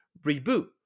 reboot